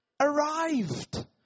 arrived